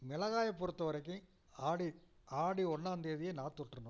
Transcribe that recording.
மிளகாய பொறுத்தவரைக்கும் ஆடி ஆடி ஒன்னாந்தேதியே நாற்று விட்டுர்ணும்